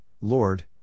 Lord